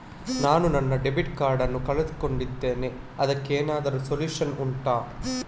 ನಾನು ನನ್ನ debit card ನ್ನು ಕಳ್ಕೊಂಡಿದ್ದೇನೆ ಅದಕ್ಕೇನಾದ್ರೂ ಸೊಲ್ಯೂಷನ್ ಉಂಟಾ